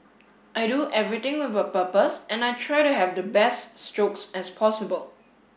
I do everything with a purpose and I try to have the best strokes as possible